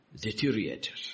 Deteriorated